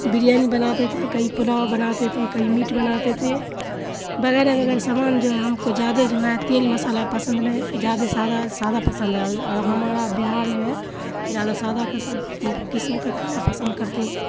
بریانی بناتے تھے کئی پلاؤ بناتے تھے کئی میٹ بناتے تھے بغیرہ وغیرہ سامان جو ہے ہم کو زیادہ جو ہے تیل مصالحہ پسند نہیں ہے زیادہ سادہ سادہ پسند ہے اور ہمارا بہار جو ہے زیادہ سادہ قسم قسم کا کھانا پسند کرتے ہیں